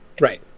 Right